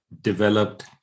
developed